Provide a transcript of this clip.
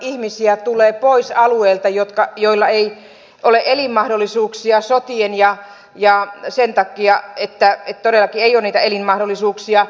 ihmisiä tulee pois alueilta joilla ei ole elinmahdollisuuksia sotien takia todellakaan ei ole niitä elinmahdollisuuksia